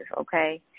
okay